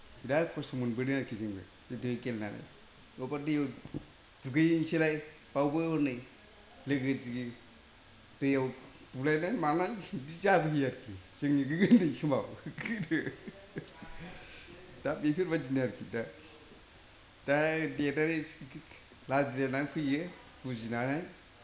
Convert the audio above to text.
बिराद खस्त' मोनबोदों आरोखि जोङो गोदो गेलेनानै बबावबा दैयाव दुगैहैनोसैलाय बावबो हनै लोगो दिगि दैयाव बुलायलाय मानाय बिदि जाहैयो आरोखि जोंनि उन्दै समाव गोदो दा बेफोरबायदिनो आरोखि दा दा देरनानै लाजिलायनानै फैयो बुजिनानै